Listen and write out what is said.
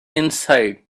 inside